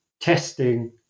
testing